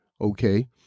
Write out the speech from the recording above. okay